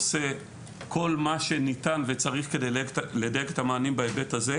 עושים כל מה שניתן וצריך כדי לדייק את המענים בהיבט הזה.